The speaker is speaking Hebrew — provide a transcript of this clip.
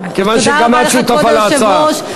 כיוון שגם את שותפה להצעה.